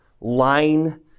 line